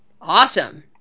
Awesome